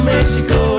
Mexico